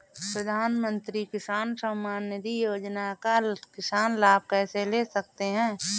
प्रधानमंत्री किसान सम्मान निधि योजना का किसान लाभ कैसे ले सकते हैं?